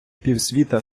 півсвіта